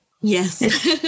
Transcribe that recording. Yes